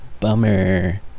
Bummer